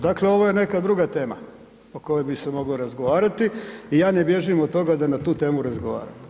Dakle ovo je neka druga tema o kojoj bi se moglo razgovarati i ja ne bježim od toga da na tu temu razgovaram.